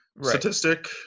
statistic